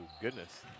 goodness